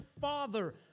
Father